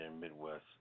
Midwest